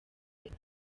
nyuma